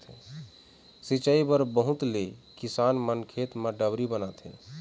सिंचई बर बहुत ले किसान मन खेत म डबरी बनवाथे